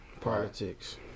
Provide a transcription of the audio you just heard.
Politics